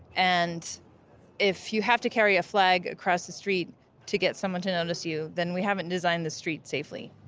and if you have to carry a flag across the street to get someone to notice you then we haven't designed the street safely.